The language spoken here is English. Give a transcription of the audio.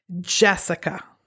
Jessica